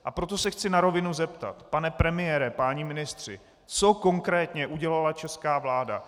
A proto se chci na rovinu zeptat: Pane premiére, páni ministři, co konkrétně udělala česká vláda?